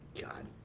God